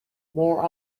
more